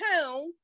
town